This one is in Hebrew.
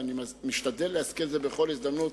ואני משתדל להזכיר את זה בכל הזדמנות,